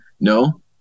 no